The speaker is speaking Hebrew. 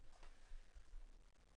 שלום.